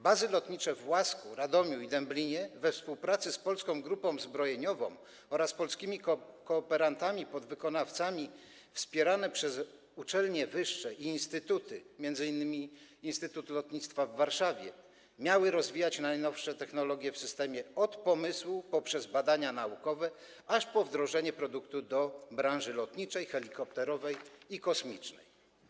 Bazy lotnicze w Łasku, Radomiu i Dęblinie we współpracy z Polską Grupą Zbrojeniową oraz polskimi kooperantami, podwykonawcami, wspierane przez uczelnie wyższe i instytuty, m.in. Instytut Lotnictwa w Warszawie, miały rozwijać najnowsze technologie w systemie od pomysłu poprzez badania naukowe aż po wdrożenie produktu do branży lotniczej, helikopterowej i kosmicznej.